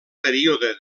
període